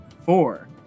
four